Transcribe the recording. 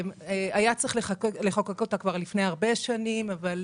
היה צריך לחוקק אותה כבר לפני הרבה שנים אבל,